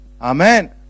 Amen